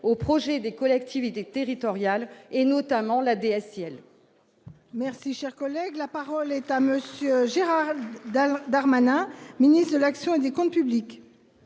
aux projets des collectivités territoriales, notamment la DSIL